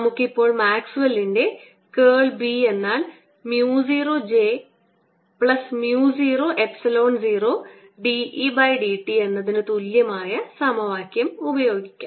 നമുക്ക് ഇപ്പോൾ മാക്സ്വെല്ലിന്റെ കേൾ B എന്നാൽ mu 0 j plus mu 0 epsilon 0 dE dt എന്നതിനു തുല്യമായ സമവാക്യം ഉപയോഗിക്കാം